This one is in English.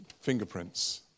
fingerprints